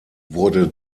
wurde